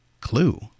Clue